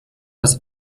das